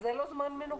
אז זה לא זמן מנוחה.